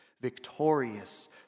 victorious